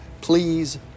please